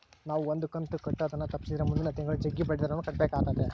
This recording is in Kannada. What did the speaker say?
ನಾವು ಒಂದು ಕಂತು ಕಟ್ಟುದನ್ನ ತಪ್ಪಿಸಿದ್ರೆ ಮುಂದಿನ ತಿಂಗಳು ಜಗ್ಗಿ ಬಡ್ಡಿದರವನ್ನ ಕಟ್ಟಬೇಕಾತತೆ